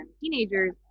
teenagers